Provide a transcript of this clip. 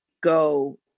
go